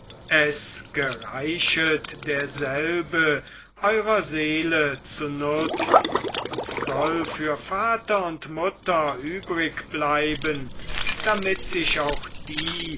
es gereichet derselbe eurer seele zu nutz und soll für vater und mutter übrig bleiben damit sich auch die